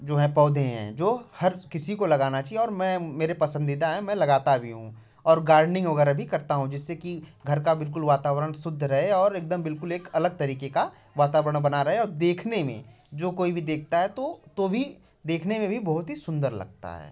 जो हैं पौधे हैं जो हर किसी को लगाना चाहिए और मैं मेरे पसंदीदा हैं मैं लगाता भी हूँ और गार्डेनिंग वगैरह भी करता हूँ जिससे कि घर का बिल्कुल वातावरण शुद्ध रहे और एकदम बिल्कुल एक अलग तरीके का वातावरण बना रहे और देखने में जो कोई भी देखता है तो तो भी देखने में भी बहुत ही सुंदर लगता है